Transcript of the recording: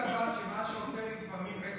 אתה מבין אבל שמה שעושה בית המשפט,